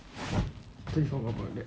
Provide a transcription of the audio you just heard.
in case you all forget about it